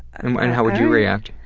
and how would you react?